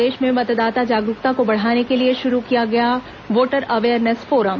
प्रदेश में मतदाता जागरूकता को बढ़ाने के लिए शुरू किया गया वोटर अवेयरनेस फोरम